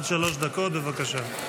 עד שלוש דקות, בבקשה.